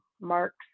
marks